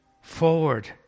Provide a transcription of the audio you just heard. forward